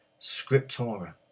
Scriptura